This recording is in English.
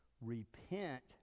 Repent